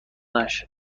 نشه